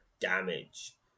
damage